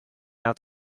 out